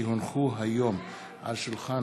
כי הונחו היום על שולחן